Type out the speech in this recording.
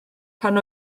pan